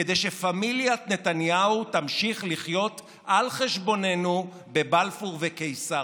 כדי שפמיליית נתניהו תמשיך לחיות על חשבוננו בבלפור וקיסריה.